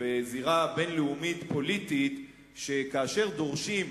בזירה הבין-לאומית הפוליטית שכאשר דורשים,